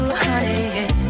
honey